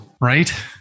Right